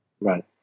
Right